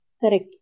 correct